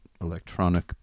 electronic